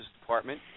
Department